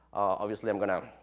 obviously, i'm going to,